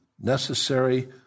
necessary